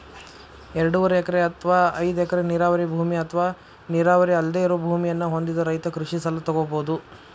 ಎರಡೂವರೆ ಎಕರೆ ಅತ್ವಾ ಐದ್ ಎಕರೆ ನೇರಾವರಿ ಭೂಮಿ ಅತ್ವಾ ನೇರಾವರಿ ಅಲ್ದೆ ಇರೋ ಭೂಮಿಯನ್ನ ಹೊಂದಿದ ರೈತ ಕೃಷಿ ಸಲ ತೊಗೋಬೋದು